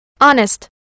Honest